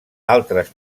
altres